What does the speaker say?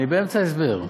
אני באמצע הסבר,